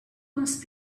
must